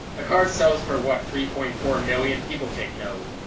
a card sells for what? three point four million people taking note.